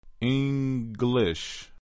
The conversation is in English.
English